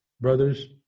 Brothers